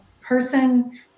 person